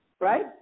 right